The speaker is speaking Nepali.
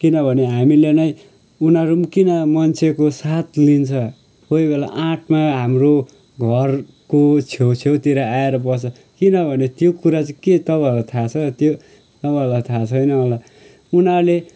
किनभने हामीले नै उनीहरू पनि किन मान्छेको साथ लिन्छ कोही बेला आँटमा हाम्रो घरको छेउछेउतिर आएर बस्छ किनभने त्यो कुरा चाहिँ के तपाईँहरूलाई थाह छ त्यो तपाईँहरूलाई थाह छैन होला उनीहरूले अब